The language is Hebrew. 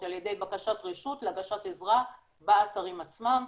על ידי בקשת רשות להגשת עזרה באתרים עצמם.